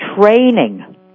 training